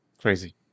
Crazy